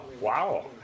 Wow